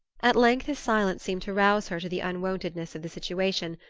at length his silence seemed to rouse her to the unwontedness of the situation,